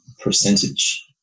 percentage